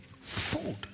food